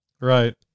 Right